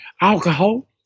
alcohol